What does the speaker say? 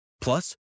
Plus